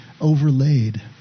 overlaid